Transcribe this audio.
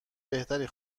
بهتری